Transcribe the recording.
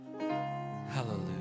Hallelujah